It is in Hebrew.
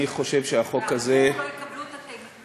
אני חושב שהחוק הזה, לא יקבלו את התימנים?